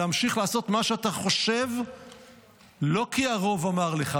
להמשיך לעשות מה שאתה חושב לא כי הרוב אמר לך,